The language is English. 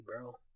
bro